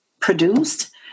produced